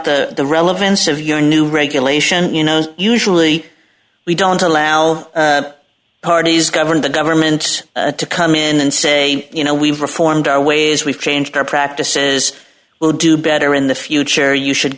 about the relevance of your new regulation you know usually we don't allow parties govern the government to come in and say you know we've reformed our ways we've changed our practices we'll do better in the future you should